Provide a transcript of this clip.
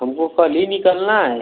हमको कल ही निकलना है